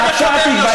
זה מה שאומר יושב-ראש,